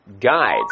guides